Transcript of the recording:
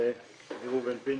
שמי ראובן פינסקי,